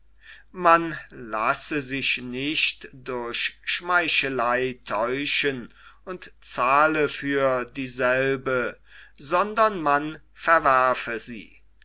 man lasse sich nicht durch schmeichelei täuschen und zahle für dieselbe sondern man verwerfe sie